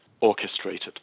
orchestrated